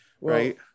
right